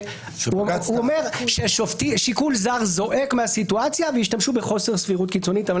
והוא אומר ששיקול זר זועק מהסיטואציה והשתמשו בחוסר סבירות קיצונית.